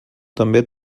també